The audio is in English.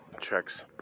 checks